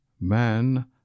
man